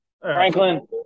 Franklin